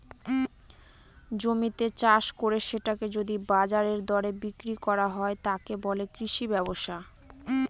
জমিতে চাষ করে সেটাকে যদি বাজারের দরে বিক্রি করা হয়, তাকে বলে কৃষি ব্যবসা